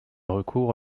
recours